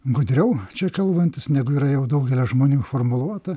gudriau čia kalbantis negu yra jau daugelio žmonių formuluota